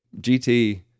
GT